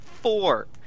four